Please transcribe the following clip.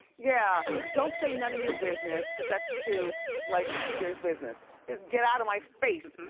yeah. all right. don't say none of your business, cause that's too like there's business. just get outta my face,